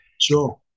Sure